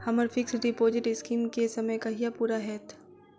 हम्मर fix deposit scheme केँ समय कहिया पूरा हैत?